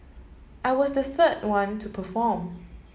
I was the third one to perform